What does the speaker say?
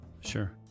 Sure